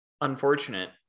unfortunate